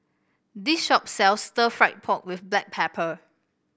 this shop sells Stir Fried Pork with Black Pepper